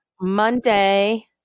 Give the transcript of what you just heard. Monday